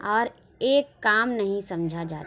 اور ایک کام نہیں سمجھا جاتا